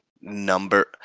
number